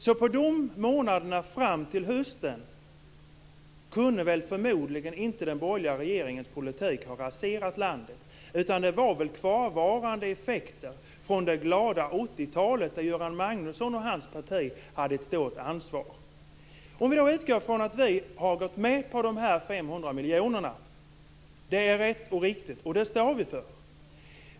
Så under månaderna fram till hösten kunde förmodligen inte den borgerliga regeringens politik ha raserat landet, utan det var kvarvarande effekter från det glada 80-talet när Göran Magnusson och hans parti hade ett stort ansvar. Låt oss utgå från att vi har gått med på de 500 miljonerna. Det är rätt och riktigt, och det står vi för.